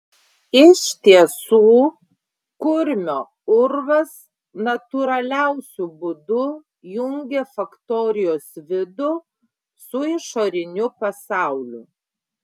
iš tiesų kurmio urvas natūraliausiu būdu jungė faktorijos vidų su išoriniu pasauliu